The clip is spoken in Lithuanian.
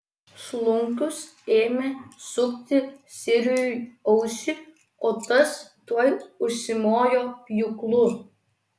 slunkius ėmė sukti sirijui ausį o tas tuoj užsimojo pjūklu